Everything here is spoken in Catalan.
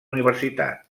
universitat